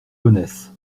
gonesse